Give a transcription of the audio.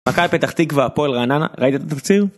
מכבי פתח תקווה, הפועל רעננה, ראית את התקציר?